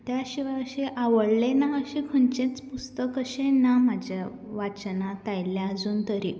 त्या शिवाय अशें आवडलें ना अशें खंयचेच पुस्तक अशें ना म्हाज्या वाचनांत आयिल्ले आजून तरी